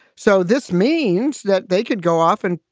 so this means that they could go off and,